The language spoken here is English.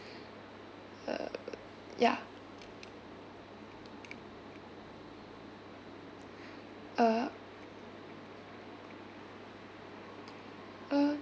uh ya uh uh